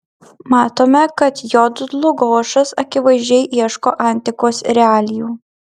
matome kad j dlugošas akivaizdžiai ieško antikos realijų